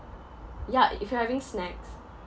ya if you're having snacks